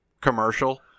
commercial